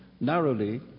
narrowly